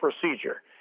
procedure